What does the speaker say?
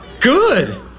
Good